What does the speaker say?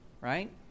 Right